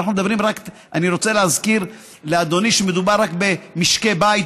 ואני רוצה להזכיר לאדוני שמדובר רק במשקי בית,